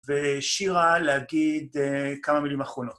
ושירה להגיד כמה מילים אחרונות.